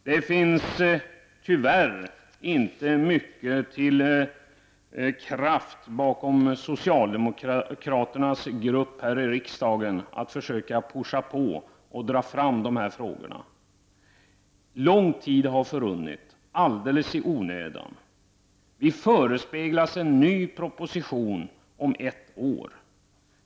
Det finns tyvärr inte mycket till kraft bakom socialdemokraternas grupp här i riksdagen när det gäller att pusha på och dra fram dessa frågor. Lång tid har förrunnit alldeles i onödan. Vi förespeglas en ny proposition om ett år.